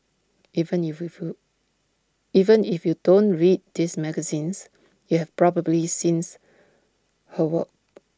even if you even if you don't read these magazines you've probably seen her work